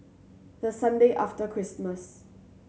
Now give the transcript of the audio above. the Sunday after Christmas